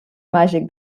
màgic